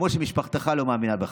כמו שמשפחתך לא מאמינה בך.